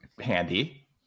handy